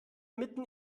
mitten